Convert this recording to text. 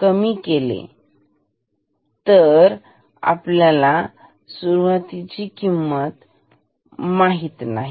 काही किमती पेक्षा वाढवले ती सुरुवातीची किंमत आपल्याला माहीत नाही